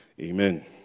Amen